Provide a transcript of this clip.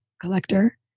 collector